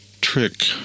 trick